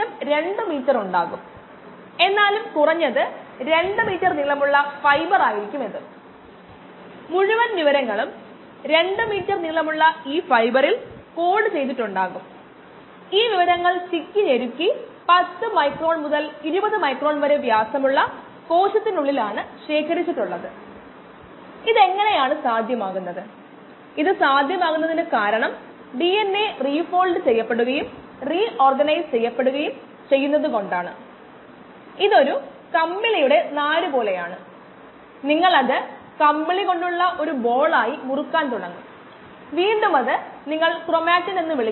5 മണിക്കൂർ വിപരീതമായി നൽകിയിരിക്കുന്നു അത് നമ്മൾ സ്ഥിരമായി എടുക്കുന്നു